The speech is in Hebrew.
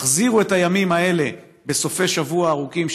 תחזירו את הימים האלה בסופי השבוע הארוכים,